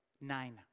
Nine